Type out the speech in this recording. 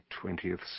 twentieth